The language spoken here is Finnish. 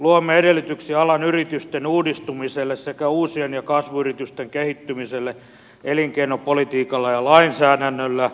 luomme edellytyksiä alan yritysten uudistumiselle sekä uusien ja kasvuyritysten kehittymiselle elinkeinopolitiikalla ja lainsäädännöllä